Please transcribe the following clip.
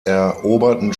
eroberten